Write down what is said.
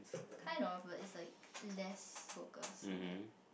kind of but it's like less focus on that